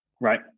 right